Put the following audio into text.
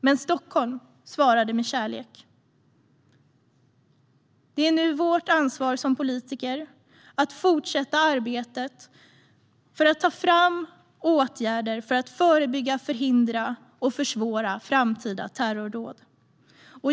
Men Stockholm svarade med kärlek. Det är nu vårt ansvar som politiker att fortsätta arbetet med att ta fram åtgärder för att förebygga, förhindra och försvåra framtida terrordåd.